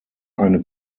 eine